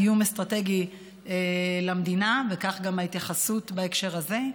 אסטרטגי למדינה, וכך גם ההתייחסות בהקשר הזה.